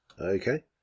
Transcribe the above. Okay